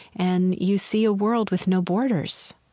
and you see a world with no borders.